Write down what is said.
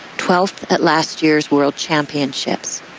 twelfth at last year's world championships.